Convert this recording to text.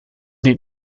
den